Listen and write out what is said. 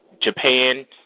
Japan